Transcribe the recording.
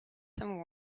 some